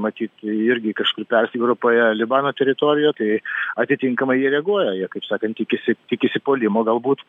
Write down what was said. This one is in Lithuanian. matyt jie irgi kažkur persigrupuoja libano teritorijoje tai atitinkamai jie reaguoja jie kaip sakant tikisi tikisi puolimo galbūt